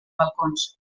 balcons